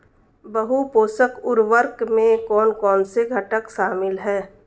बहु पोषक उर्वरक में कौन कौन से घटक शामिल हैं?